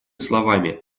словами